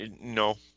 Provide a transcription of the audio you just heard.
No